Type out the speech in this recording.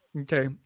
Okay